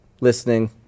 listening